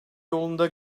yolunda